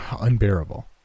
unbearable